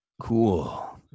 Cool